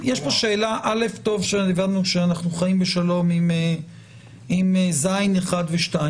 טוב שהבנו שאנחנו חיים בשלום עם (ז)(1) ו-(2).